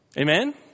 Amen